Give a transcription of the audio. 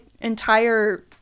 entire